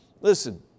Listen